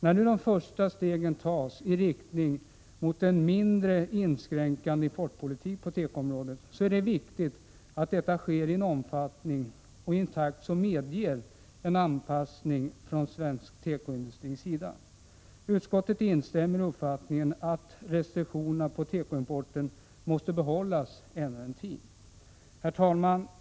När nu de första stegen tagits i riktning mot en mindre inskränkande importpolitik på tekoområdet är det viktigt att detta sker i en omfattning och takt som medger en anpassning från den svenska tekoindustrins sida. Utskottet instämmer i uppfattningen att restriktionerna på tekoimporten måste behållas ännu en tid. Herr talman!